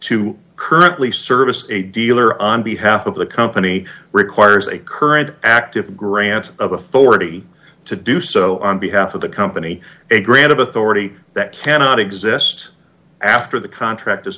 to currently service a dealer on behalf of the company requires a current active grant of authority to do so on behalf of the company a grant of authority that cannot exist after the contract